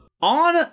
On